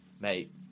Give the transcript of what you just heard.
Mate